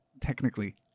technically